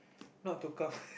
not to come